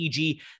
EG